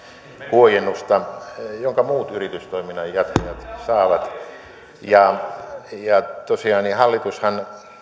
huojennusta jonka muut yritystoiminnan jatkajat saavat tosiaan hallitushan